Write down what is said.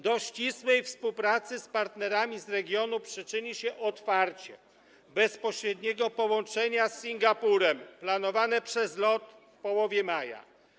Do ścisłej współpracy z partnerami z regionu przyczyni się otwarcie bezpośredniego połączenia z Singapurem planowane przez LOT w połowie maja.